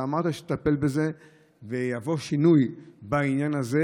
אתה אמרת שאתה תטפל בזה ויבוא שינוי בעניין הזה.